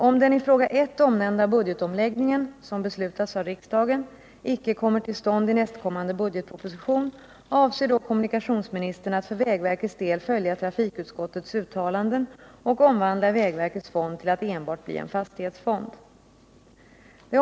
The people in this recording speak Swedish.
Om den i fråga I omnämnda budgetomläggningen icke kommer till stånd i nästkommande budgetproposition, avser då kommunikationsministern att för vägverkets del följa trafikutskottets uttalanden och omvandla vägverkets fond till att enbart bli en fastighetsfond?